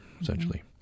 essentially